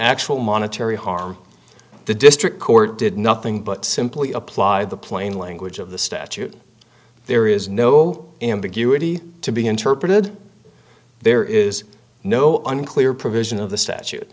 actual monetary harm the district court did nothing but simply applied the plain language of the statute there is no ambiguity to be interpreted there is no unclear provision of the statute